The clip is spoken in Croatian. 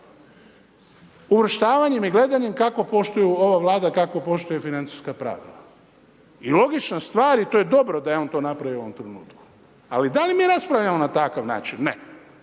uvrštavanjem i gledanjem kako poštuju ova Vlada kako poštuje financijska pravila. I logična stvar i to je dobro da je on to napravio u ovom trenutku. Ali da li mi raspravljamo na takav način? Ne.